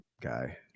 guy